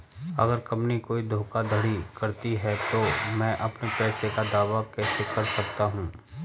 अगर कंपनी कोई धोखाधड़ी करती है तो मैं अपने पैसे का दावा कैसे कर सकता हूं?